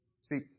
See